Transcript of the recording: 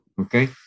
okay